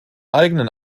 eigenen